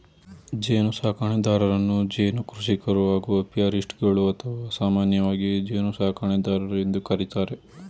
ಜೇನುಸಾಕಣೆದಾರರನ್ನು ಜೇನು ಕೃಷಿಕರು ಹಾಗೂ ಅಪಿಯಾರಿಸ್ಟ್ಗಳು ಅಥವಾ ಸಾಮಾನ್ಯವಾಗಿ ಜೇನುಸಾಕಣೆದಾರರು ಎಂದು ಕರಿತಾರೆ